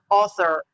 author